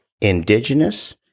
Indigenous